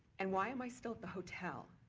and why am i still at the hotel?